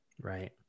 right